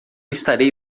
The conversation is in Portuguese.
estarei